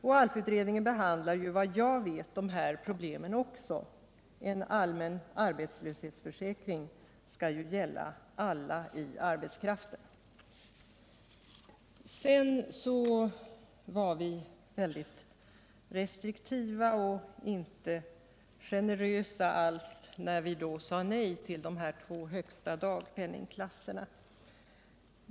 ALF-utredningen behandlar såvitt jag vet även de här problemen. En allmän arbetslöshetsförsäkring skall ju gälla all arbetskraft. Sedan var vi väldigt restriktiva och inte generösa alls när vi sade nej till de två högsta dagpenningklasserna.